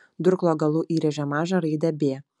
durklo galu įrėžė mažą raidę b